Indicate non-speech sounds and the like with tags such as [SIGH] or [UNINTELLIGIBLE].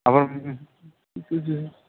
அப்புறம் [UNINTELLIGIBLE]